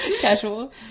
casual